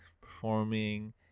performing